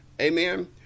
Amen